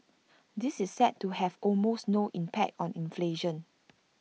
this is set to have almost no impact on inflation